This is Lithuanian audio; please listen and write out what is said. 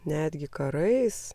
netgi karais